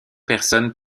personnes